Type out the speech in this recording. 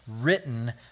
written